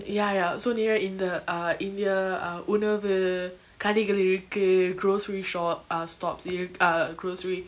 ya ya so near இந்த:intha uh india uh உணவு கடைகள் இருக்கு:unavu kadaikal iruku grocery shop uh stops iruk~ uh grocery